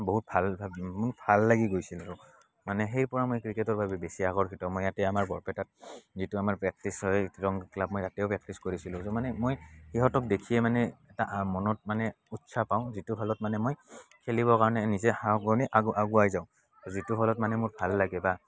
বহু ভাল ভাল লাগি গৈছিল আৰু মানে সেই পৰা মই ক্ৰিকেটৰ প্ৰতি বেছি আকৰ্ষিত মই ইয়াতে আমাৰ বৰপেটাত যিটো আমাৰ প্ৰেক্টিচ হয় ইয়ং ক্লাব মই ইয়াতেও প্ৰেক্টিচ কৰিছিলোঁ মানে মই সিহঁতক দেখিয়ে মানে এটা মনত মানে উৎসাহ পাওঁ যিটো ফলত মানে মই খেলিব কাৰণে নিজে সাহ কৰি আগুৱাই যাওঁ যিটো ফলত মানে মোৰ ভাল লাগে বা